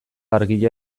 argia